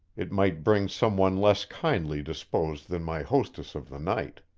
it might bring some one less kindly disposed than my hostess of the night.